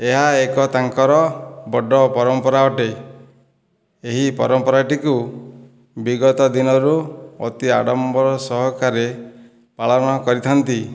ଏହା ଏକ ତାଙ୍କର ବଡ଼ ପରମ୍ପରା ଅଟେ ଏହି ପରମ୍ପରା ଟି କୁ ବିଗତ ଦିନରୁ ଅତି ଆଡ଼ମ୍ବର ସହକାରେ ପାଳନ କରିଥାନ୍ତି